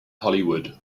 hollywood